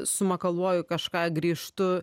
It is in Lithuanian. sumakaluoju kažką grįžtu